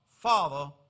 father